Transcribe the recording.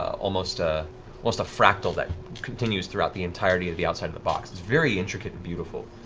almost ah almost a fractal that continues throughout the entirety of the outside of the box. it's very intricate and beautiful.